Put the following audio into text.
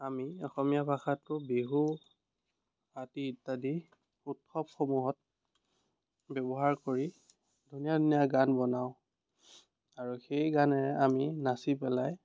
আমি অসমীয়া ভাষাটো বিহু আদি ইত্যাদি উৎসৱসমূহত ব্যৱহাৰ কৰি ধুনীয়া ধুনীয়া গান বনাওঁ আৰু সেই গানেৰে আমি নাচি পেলাই